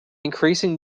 increasing